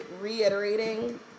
reiterating